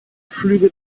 flüge